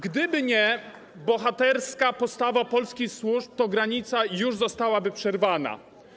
Gdyby nie bohaterska postawa polskich służb, to granica już zostałaby przerwana.